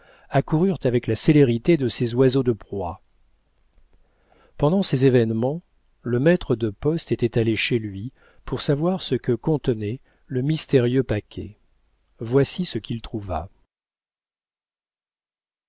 accoururent avec la célérité de ces oiseaux de proie pendant ces événements le maître de poste était allé chez lui pour savoir ce que contenait le mystérieux paquet voici ce qu'il trouva